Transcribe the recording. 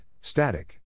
static